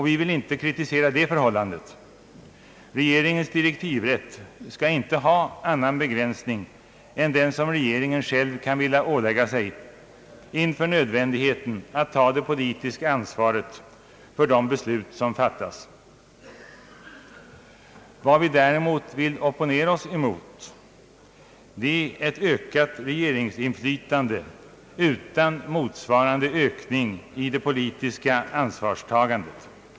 Vi vill inte kritisera det förhållandet. Regeringens direktivrätt skall inte ha annan begränsning än den som regeringen själv kan vilja ålägga sig inför nödvändigheten att ta det politiska ansvaret för de beslut som fattas. Vad vi däremot vill opponera oss mot är ett ökat regeringsinflytande utan motsvarande ökning i det politiska ansvarstagandet.